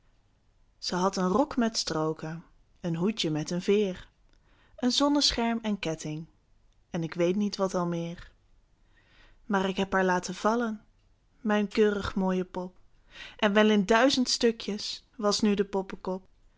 ze had een rok met strooken een hoedje met een veer een zonnescherm en ketting en k weet niet wat al meer maar k heb haar laten vallen mijn keurig mooie pop en wel in duizend stukjes was nu de poppekop